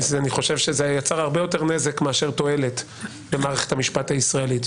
אני חושב שזה יצר הרבה יותר נזק מאשר תועלת למערכת המשפט הישראלית.